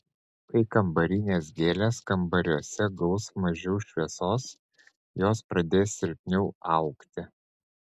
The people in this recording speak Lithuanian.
kai kambarinės gėlės kambariuose gaus mažiau šviesos jos pradės silpniau augti